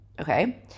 okay